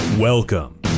Welcome